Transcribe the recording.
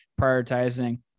prioritizing